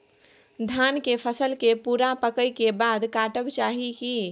धान के फसल के पूरा पकै के बाद काटब चाही की?